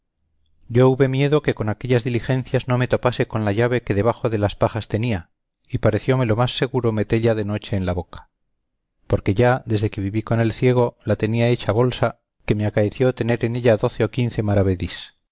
yo hube miedo que con aquellas diligencias no me topase con la llave que debajo de las pajas tenía y parecióme lo más seguro metella de noche en la boca porque ya desde que viví con el ciego la tenía tan hecha bolsa que me acaeció tener en ella doce o quince